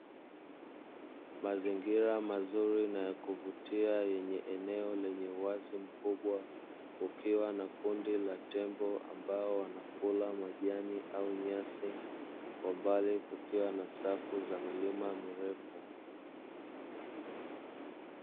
Mazingira mazuri na ya kuvutia yenye eneo lenye uwazi mkubwa, kukiwa na kundi la tembo ambao wanakula majani au nyasi kwa mbali kukiwa na safu za milima mirefu.